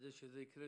כדי שזה יקרה,